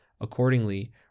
Accordingly